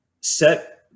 set